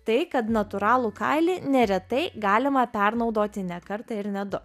tai kad natūralų kailį neretai galima pernaudoti ne kartą ir ne du